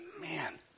man